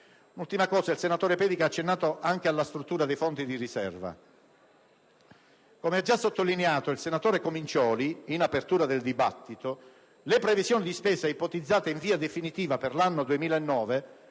del Senato. Il senatore Pedica ha accennato anche alla struttura dei fondi di riserva. Come ha già sottolineato il senatore Comincioli in apertura del dibattito, le previsioni di spesa ipotizzate in via definitiva per l'anno 2009